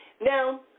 Now